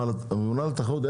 גם מרשות התחרות.